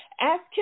Ask